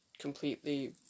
completely